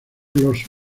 los